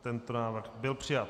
Tento návrh byl přijat.